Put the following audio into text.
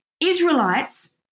Israelites